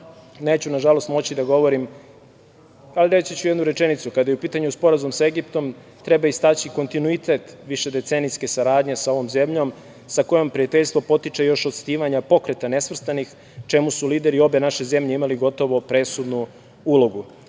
neću nažalost moći da govorim, ali reći ću jednu rečenicu, kada je u pitanju sporazum sa Egiptom. Treba istaći kontinuitet višedecenijske saradnje sa ovom zemljom, sa kojom prijateljstvo potiče još od osnivanja Pokreta nesvrstanih, u čemu su lideri obe naše zemlje imali gotovo presudnu